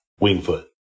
Wingfoot